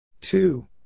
Two